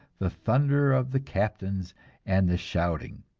the thunder of the captains and the shouting.